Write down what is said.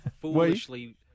Foolishly